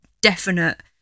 definite